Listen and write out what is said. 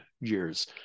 years